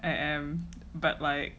I am but like